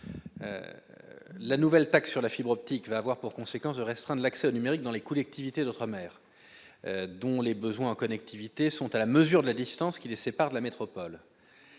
La nouvelle taxe sur la fibre optique aura pour conséquence de restreindre l'accès au numérique dans les collectivités d'outre-mer, dont les besoins en connectivité sont à la mesure de la distance qui les sépare de la métropole.